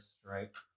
stripe